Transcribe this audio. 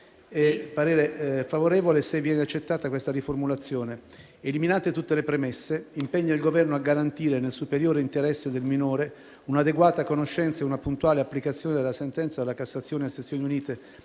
parere è favorevole, se così riformulato: eliminate tutte le premesse, impegna il Governo «a garantire, nel superiore interesse del minore, un'adeguata conoscenza e una puntuale applicazione della sentenza della Cassazione, a sezioni unite,